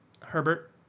Herbert